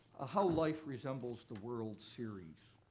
how life resembles the world series.